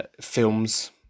films